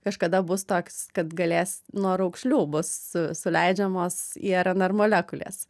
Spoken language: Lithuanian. kažkada bus toks kad galės nuo raukšlių bus suleidžiamos irnr molekulės